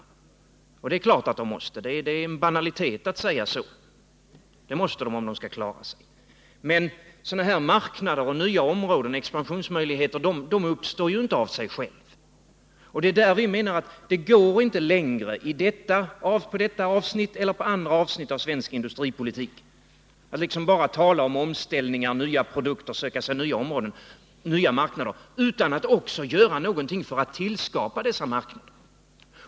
Naturligtvis måste Uddcomb det —- det är en banalitet att säga så —- om företaget skall klara sig, men sådana här marknader och nya områden och expansionsmöjligheter uppstår ju inte av sig själva. Vi menar att det inte går längre att på detta eller andra avsnitt av svensk industripolitik bara tala om omställningar, nya produkter, nya områden och nya marknader utan att göra någonting för att tillskapa dessa marknader.